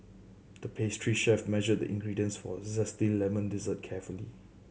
the pastry chef measured the ingredients for a zesty lemon dessert carefully